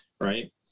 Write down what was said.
right